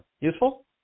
useful